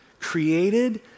created